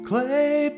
Clay